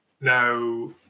Now